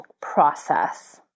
process